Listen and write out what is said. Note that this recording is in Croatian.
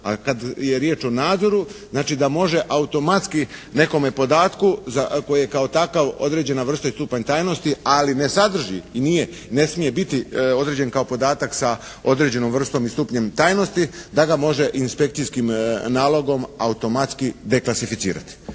kada je riječ o nadzoru znači da može automatski nekome podatku za koji je kao takav određena vrsta i stupanj tajnosti, ali ne sadrži i ne smije biti određen kao podatak sa određenom vrstom i stupnjem tajnosti, da ga može inspekcijskim nalogom automatski deklasificirati.